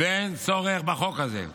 ואין צורך בחוק הזה,